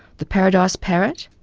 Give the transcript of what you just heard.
the paradise parrot,